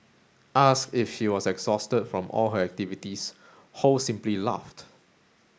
asked if she was exhausted from all her activities Ho simply laughed